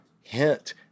hint